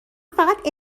فقط